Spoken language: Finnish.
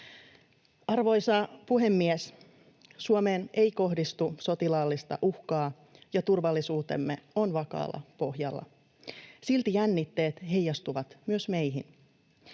Arvoisa puhemies! Suomeen ei kohdistu sotilaallista uhkaa, ja turvallisuutemme on vakaalla pohjalla. Silti jännitteet heijastuvat myös meihin.